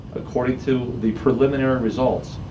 according to the preliminary results,